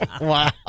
wow